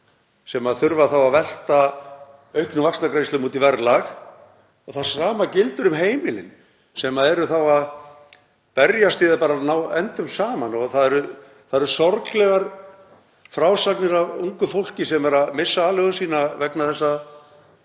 sem þurfa þá að velta auknum vaxtagreiðslum út í verðlag og það sama gildir um heimilin sem eru þá að berjast við að ná endum saman. Það eru sorglegar frásagnir af ungu fólki sem er að missa aleigu sína vegna þess að